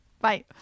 Bye